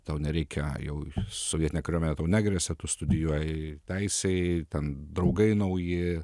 tau nereikia jau sovietinė kariuomenė tau negresia tu studijuoji teisei ten draugai nauji